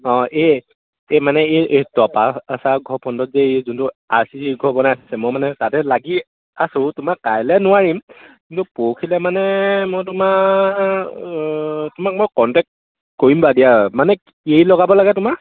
অঁ এই এই মানে এই এই টপা ছাৰৰ ঘৰৰ ফ্ৰণ্টত যে এই যোনটো আৰ চি চি ঘৰ বনাই আছে মই মানে তাতে লাগি আছোঁ তোমাক কাইলৈ নোৱাৰিম কিন্তু পৰহিলৈ মানে মই তোমাৰ তোমাক মই কণ্টেক্ট কৰিম বাৰু দিয়া মানে কি লগাব লাগে তোমাৰ